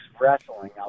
wrestling